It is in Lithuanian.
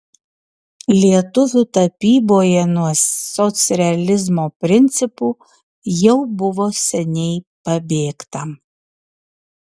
lietuvių tapyboje nuo socrealizmo principų jau buvo seniai pabėgta